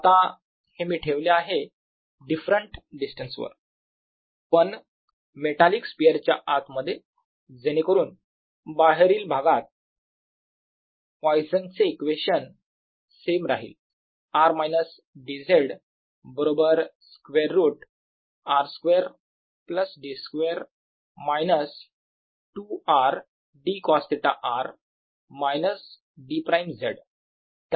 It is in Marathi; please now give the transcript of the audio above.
आता हे मी ठेवले आहे डिफरंट डिस्टन्स वर पण मेटालिक स्पियर च्या आत मध्ये जेणेकरून बाहेरील भागात असं पॉइसनचे इक्वेशन Poisson's equation सेम राहील r मायनस d z बरोबर square root r2 d2 2rdcosθ r d′ Z